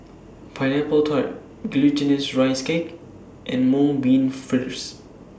Pineapple Tart Glutinous Rice Cake and Mung Bean Fritters